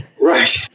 Right